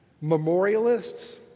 memorialists